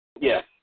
Yes